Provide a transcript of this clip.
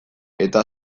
eta